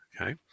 okay